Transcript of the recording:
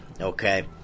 Okay